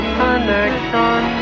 connection